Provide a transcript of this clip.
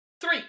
Three